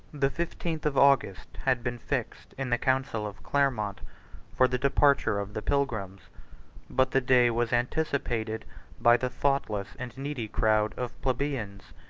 the fifteenth of august had been fixed in the council of clermont for the departure of the pilgrims but the day was anticipated by the thoughtless and needy crowd of plebeians,